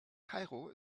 kairo